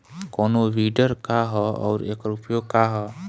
कोनो विडर का ह अउर एकर उपयोग का ह?